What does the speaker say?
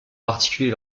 particulier